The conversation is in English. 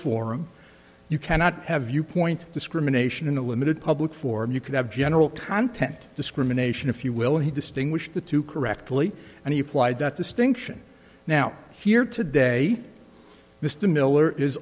forum you cannot have viewpoint discrimination in a limited public forum you could have general content discrimination if you will and he distinguished the two correctly and he applied that distinction now here today mr miller is